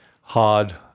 hard